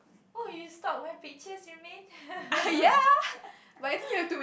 oh you stalk my pictures you mean